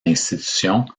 institution